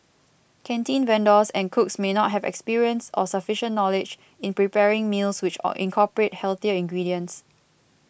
canteen vendors and cooks may not have experience or sufficient knowledge in preparing meals which incorporate healthier ingredients